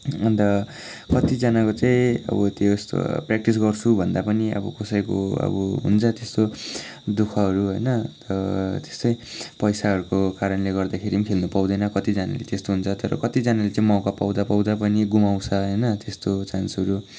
अन्त कतिजनाको चाहिँ अब त्यस्तो प्र्याक्टिस गर्छु भन्दा पनि अब कसैको अब हुन्छ त्यस्तो दुःखहरू होइन अन्त त्यस्तै पैसाहरूको कारणले गर्दाखेरि पनि खेल्नुपाउँदैन कतिजनाले त्यस्तो हुन्छ तर कतिजनाले चाहिँ मौका पाउँदा पाउँदा पनि गुमाउँछ होइन त्यस्तो चान्सहरू